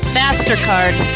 mastercard